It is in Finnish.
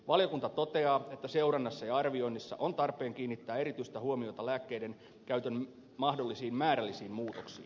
valiokunta toteaa että seurannassa ja arvioinnissa on tarpeen kiinnittää erityistä huomiota lääkkeiden käytön mahdollisiin määrällisiin muutoksiin